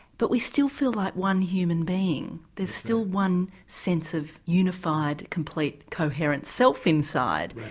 but we still feel like one human being, there's still one sense of unified, complete, coherent self inside.